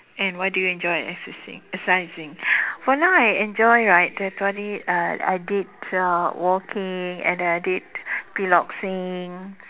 and why do you enjoy exercising exercising for now I enjoy right macam itu hari uh I did uh walking and then I did piloxing